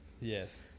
Yes